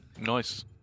nice